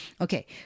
okay